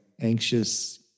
anxious